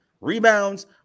rebounds